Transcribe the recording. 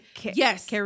Yes